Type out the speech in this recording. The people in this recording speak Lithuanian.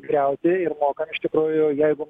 griauti ir mokam iš tikrųjų jeigu